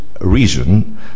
reason